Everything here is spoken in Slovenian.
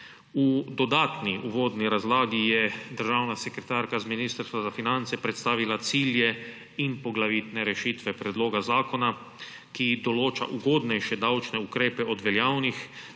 V dodatni uvodni razlagi je državna sekretarka z Ministrstva za finance predstavila cilje in poglavitne rešitve predloga zakona, ki določa ugodnejše davčne ukrepe od veljavnih